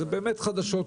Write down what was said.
זה באמת חדשות